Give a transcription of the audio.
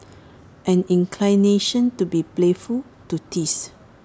an inclination to be playful to tease